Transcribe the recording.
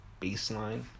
baseline